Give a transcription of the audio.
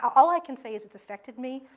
all i can say is it's affected me.